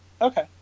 Okay